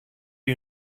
you